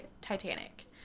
Titanic